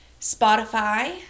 Spotify